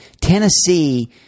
Tennessee